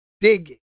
dig